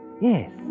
Yes